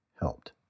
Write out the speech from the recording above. helped